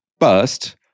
first